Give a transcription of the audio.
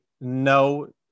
no